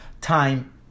time